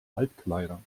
altkleider